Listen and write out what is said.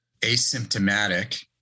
asymptomatic